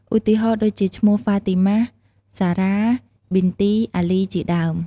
ឧទាហរណ៍ដូចជាឈ្មោះ ហ្វាទីម៉ះ សារ៉ា ប៊ីនទី អាលី ជាដើម។